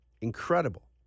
incredible